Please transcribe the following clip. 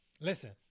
Listen